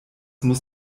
muss